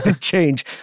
change